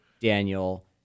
Daniel